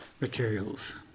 materials